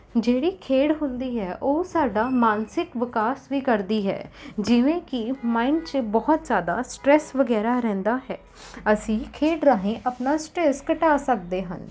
ਜਿਹੜੀ ਖੇਡ ਹੁੰਦੀ ਹੈ ਉਹ ਸਾਡਾ ਮਾਨਸਿਕ ਵਿਕਾਸ ਵੀ ਕਰਦੀ ਹੈ ਜਿਵੇਂ ਕਿ ਮਾਇੰਡ 'ਚ ਬਹੁਤ ਜ਼ਿਆਦਾ ਸਟ੍ਰੈਸ ਵਗੈਰਾ ਰਹਿੰਦਾ ਹੈ ਅਸੀਂ ਖੇਡ ਰਾਹੀਂ ਆਪਣਾ ਸਟ੍ਰੈਸ ਘਟਾ ਸਕਦੇ ਹਨ